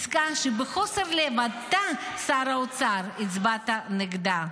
עסקה שבחוסר לב אתה, שר האוצר, הצבעת נגדה.